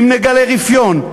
אם נגלה רפיון,